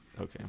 Okay